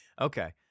Okay